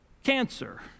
cancer